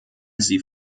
sie